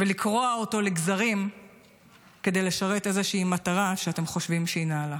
ולקרוע אותו לגזרים כדי לשרת איזושהי מטרה שאתם חושבים שהיא נעלה.